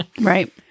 Right